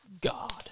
God